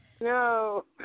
no